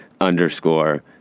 underscore